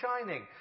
shining